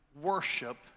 worship